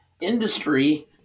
Industry